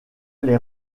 les